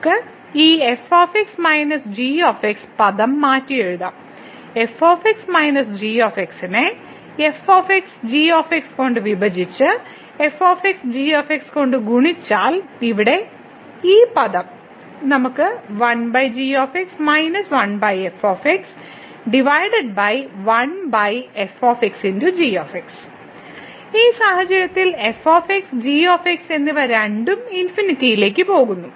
നമുക്ക് ഈ f g പദം മാറ്റിയെഴുതാം f g നെ f g കൊണ്ട് വിഭജിച്ച് f g കൊണ്ട് ഗുണിച്ചാൽ ഇവിടെ ഈ പദം നമുക്ക് ഈ സാഹചര്യത്തിൽ f g എന്നിവ രണ്ടും ഇൻഫിനിറ്റിയിലേക്ക് പോകുന്നു